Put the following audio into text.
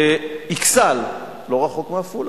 אכסאל, לא רחוק מעפולה,